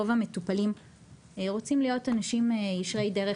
רוב המטופלים רוצים להיות אנשים ישרי דרך